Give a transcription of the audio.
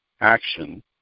action